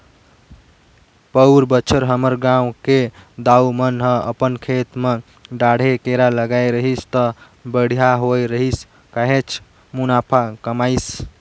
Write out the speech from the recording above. पउर बच्छर हमर गांव के दाऊ मन ह अपन खेत म डांड़े केरा लगाय रहिस त बड़िहा होय रहिस काहेच मुनाफा कमाइस